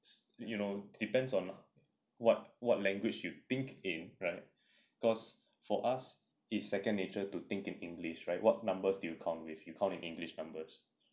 you know depends on what what language you think in right cause for us it's second nature to think in english right what numbers do you count with you count with english numbers